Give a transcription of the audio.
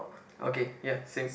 okay ya same